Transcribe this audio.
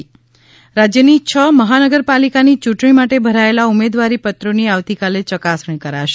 ઃ રાજયની છ મહાનગરપાલિકાની યુંટણી માટે ભરાયેલા ઉમેદવારી પત્રોની આવતીકાલે યકાસણી કરાશે